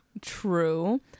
true